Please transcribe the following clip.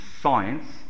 science